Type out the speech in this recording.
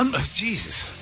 Jesus